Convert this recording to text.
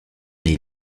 est